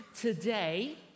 today